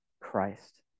Christ